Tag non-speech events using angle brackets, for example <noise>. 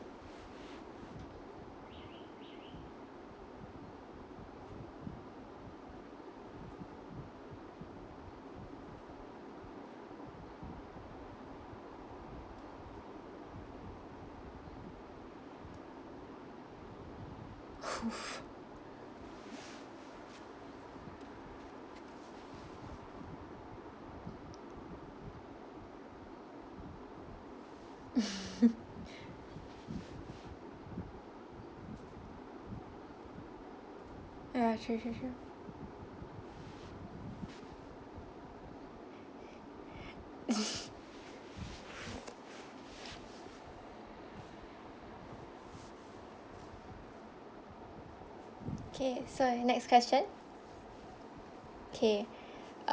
<breath> <laughs> ya true true true <laughs> okay so next question okay